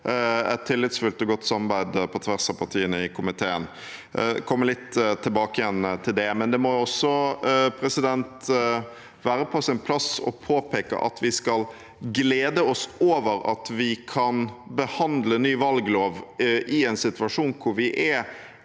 et tillitsfullt og godt samarbeid på tvers av partiene i komiteen. Jeg kommer litt tilbake til det. Det må også være på sin plass å påpeke at vi skal glede oss over at vi kan behandle ny valglov i en situasjon hvor vi er